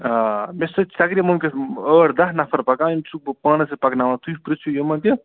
آ مےٚ سۭتۍ چھِ تقریٖباً وٕنۍکٮ۪س ٲٹھ دَہ نفر پکان یِم چھِ بہٕ پانَس سۭتۍ پکناوان تُہۍ پِرٛژھِو یِمَن تہِ